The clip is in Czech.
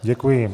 Děkuji.